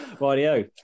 Radio